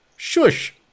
Shush